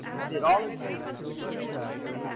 i did all of the things i couldn't do as a young man.